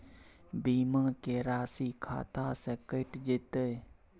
बीमा के राशि खाता से कैट जेतै?